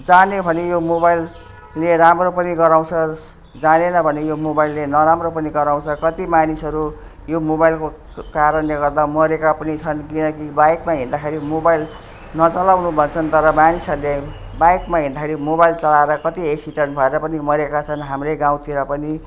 जान्यो भने यो मोबाइलले राम्रो पनि गराउँछ जानेन भने यो मोबाइलले नराम्रो पनि गराउँछ कति मानिसहरू यो मोबाइलको कारणले गर्दा मरेका पनि छन् किनकि बाइकमा हिँड्दाखेरि मोबाइल नचलाउनु भन्छन् तर मानिसहरूले बाइकमा हिँड्दाखेरि मोबाइल चलाएर कति एक्सिडेन्ट भएर पनि मरेका छन् हाम्रै गाउँतिर पनि